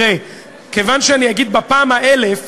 כיוון שאני אגיד בפעם האלף,